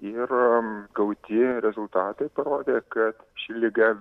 ir gauti rezultatai parodė kad ši liga